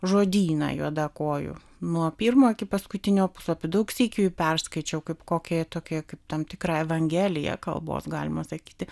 žodyną juodakojų nuo pirmo iki paskutinio puslapio daug sykių perskaičiau kaip kokią tokią kaip tam tikrą evangeliją kalbos galima sakyti